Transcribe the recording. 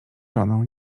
żoną